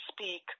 speak